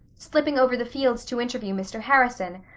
slipping over the fields to interview mr. harrison,